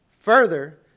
Further